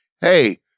hey